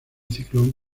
ciclón